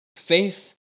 Faith